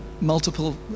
multiple